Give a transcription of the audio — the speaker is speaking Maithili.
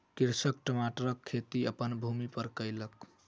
कृषक टमाटरक खेती अपन भूमि पर कयलक